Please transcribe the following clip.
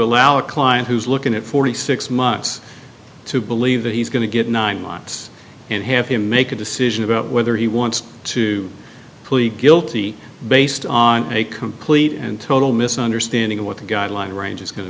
allow a client who's looking at forty six months to believe that he's going to get nine months and have him make a decision about whether he wants to plead guilty based on make clete and total misunderstanding of what the guideline range is going to